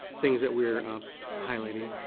things that we're highlighting.